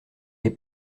les